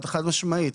חד משמעית.